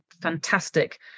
fantastic